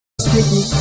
Sticky